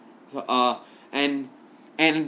ah and and